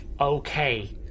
Okay